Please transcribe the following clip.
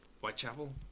Whitechapel